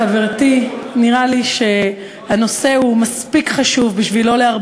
נשמח לשמוע את דעתך.